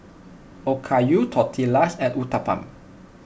Okayu Tortillas and Uthapam